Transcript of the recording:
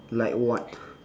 like what